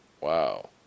wow